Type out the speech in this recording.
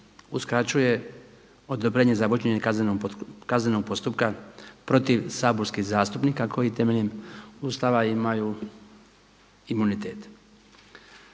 uskraćuje odobrenje za vođenje kaznenog postupka protiv saborskih zastupnika koji temeljem Ustava imaju imunitet.